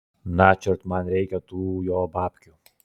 načiort man reikia tų jo babkių